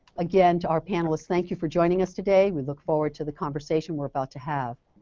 again, to our panelists thank you for joining us today we look forward to the conversation we're about to have.